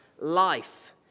life